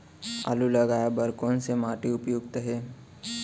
आलू लगाय बर कोन से माटी उपयुक्त हे?